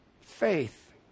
faith